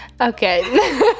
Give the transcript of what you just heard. Okay